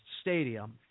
stadium